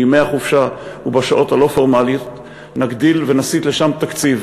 איך בימי החופשה ובשעות הלא-פורמליות נגדיל ונסיט לשם תקציב,